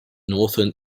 northern